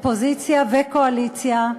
אופוזיציה וקואליציה,